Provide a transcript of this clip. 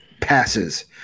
passes